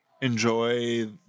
Enjoy